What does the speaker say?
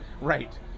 Right